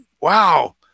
wow